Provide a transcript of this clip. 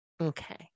Okay